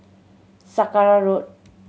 Sakra Road